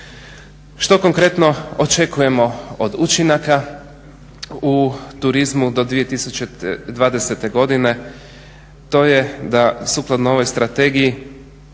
Što konkretno očekujemo od učinaka? U turizmu do 2020.godine to je da sukladno ovoj strategiji